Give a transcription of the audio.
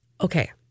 Okay